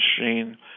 machine